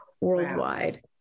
worldwide